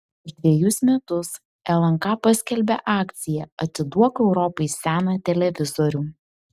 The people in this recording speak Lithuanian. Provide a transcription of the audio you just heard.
prieš dvejus metus lnk paskelbė akciją atiduok europai seną televizorių